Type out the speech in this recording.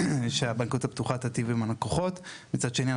ושהבנקאות הפתוחה תיטיב עם הלקוחות; מצד שני,